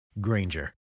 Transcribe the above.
Granger